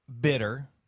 bitter